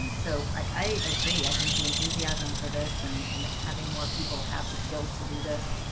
so i agree. i think the enthusiasm for this and and having more people have the skills to do this,